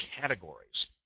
categories